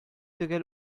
төгәл